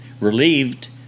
relieved